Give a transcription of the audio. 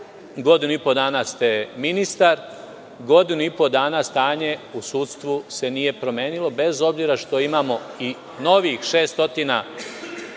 godinu i po dana ste ministar, godinu i po stanje u sudstvu se nije promenilo bez obzira što imamo i novih šest